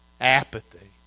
Apathy